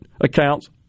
accounts